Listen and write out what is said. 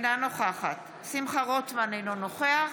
אינו נוכחת שמחה רוטמן, אינו נוכח